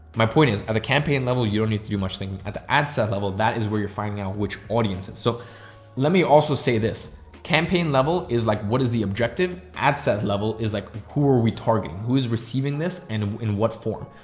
my point is at a campaign level, you don't need to do much thing at the ad set level. that is where you're finding out which audiences. so let me also say this campaign level is like what is the objective ad set level is like who are we targeting, who is receiving this and in what form?